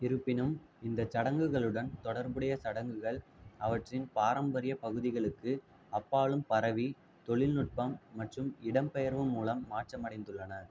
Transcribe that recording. இருப்பினும் இந்த சடங்குகளுடன் தொடர்புடைய சடங்குகள் அவற்றின் பாரம்பரிய பகுதிகளுக்கு அப்பாலும் பரவி தொழில்நுட்பம் மற்றும் இடம்பெயர்வு மூலம் மாற்றமடைந்துள்ளன